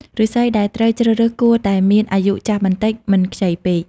ឫស្សីដែលត្រូវជ្រើសរើសគួរតែមានអាយុចាស់បន្តិច មិនខ្ចីពេក។